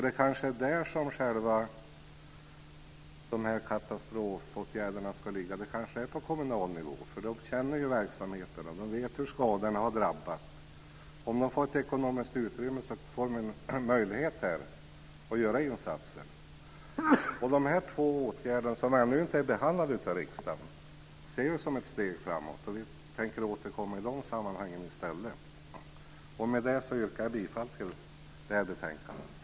Det är kanske på kommunal nivå som katastrofåtgärderna ska ligga. Kommunerna känner verksamheterna och vet hur skadorna har drabbat. Om kommunerna får ekonomiskt utrymme får de möjlighet att göra insatser. Om dessa två åtgärder, som ännu inte har behandlats av riksdagen, ses som ett steg framåt tänker vi i stället återkomma i de sammanhangen. Jag yrkar bifall till förslaget i betänkandet.